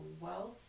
wealth